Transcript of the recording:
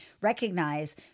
recognize